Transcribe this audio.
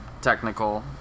Technical